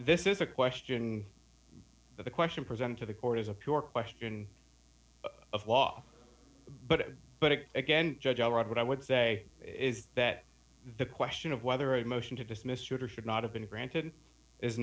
this is a question the question presented to the court is a pure question of law but again judge all right what i would say is that the question of whether a motion to dismiss should or should not have been granted is